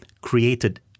created